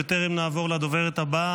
בטרם נעבור לדוברת הבאה,